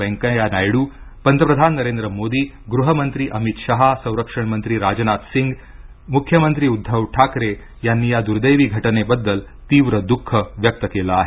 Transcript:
वेंकय्या नायडू पंतप्रधान नरेंद्र मोदी गृहमंत्री अमित शहा संरक्षण मंत्री राजनाथ सिंग मुख्यमंत्री उद्धव ठाकरे यांनी या दुर्दैवी घटनेबद्दल तीव्र दुःख व्यक्त केले आहे